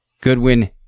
Goodwin